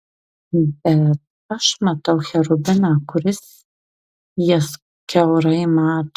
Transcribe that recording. bet aš matau cherubiną kuris jas kiaurai mato